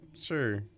Sure